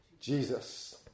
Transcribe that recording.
Jesus